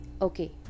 okay